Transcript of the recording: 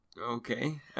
Okay